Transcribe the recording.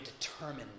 determined